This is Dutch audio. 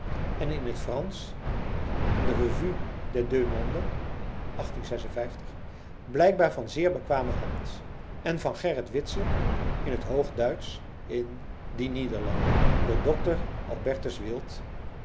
en in het fransch in de revue des deux mondes blijkbaar van zeer bekwame hand en van gerrit witse in het hoogduitsch in die niederlande door dr alb wild